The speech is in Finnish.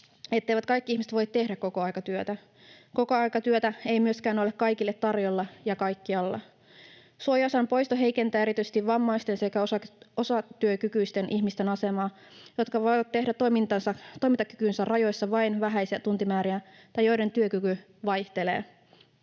etteivät kaikki ihmiset voi tehdä kokoaikatyötä. Kokoaikatyötä ei myöskään ole tarjolla kaikille ja kaikkialla. Suojaosan poisto heikentää erityisesti vammaisten sekä osatyökykyisten ihmisten asemaa, jotka voivat tehdä toimintakykynsä rajoissa vain vähäisiä tuntimääriä tai joiden työkyky vaihtelee.